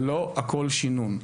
וזה לא הכול שינון,